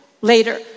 later